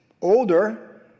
older